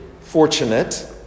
fortunate